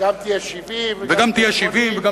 גם תהיה 70 וגם תהיה 80. וגם תהיה 70 וגם